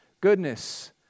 goodness